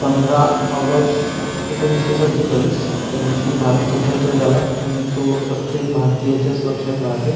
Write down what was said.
पंधरा ऑगश एकोणीसशे सत्तेचाळीस त्या दिवशी भारत स्वतंत्र झाला म्हणून तो प्रत्येक भारतीयाच्याच लक्षात राहते